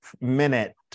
minute